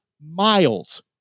miles